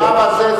החמאה והשמש.